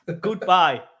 goodbye